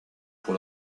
pour